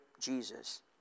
Jesus